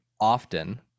often